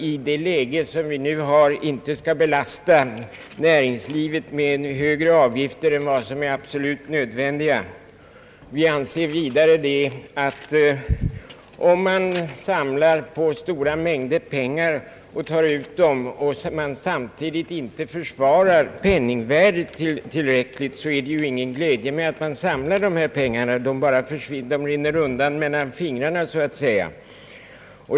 I nuvarande läge bör inte heller näringslivet belastas med högre avgifter än vad som är absolut nödvändigt. Vi anser att det inte är någon glädje med att samla på pengar i sådan mängd om man inte samtidigt vidtar åtgärder för att bevara penningvärdet. Pengarna rinner så att säga bort mellan fingrarna.